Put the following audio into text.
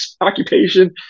occupation